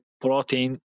protein